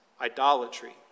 idolatry